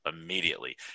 immediately